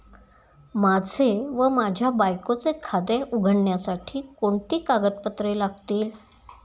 माझे व माझ्या बायकोचे खाते उघडण्यासाठी कोणती कागदपत्रे लागतील?